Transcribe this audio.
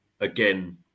again